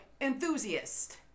Enthusiast